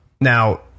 now